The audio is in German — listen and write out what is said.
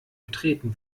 betreten